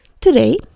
today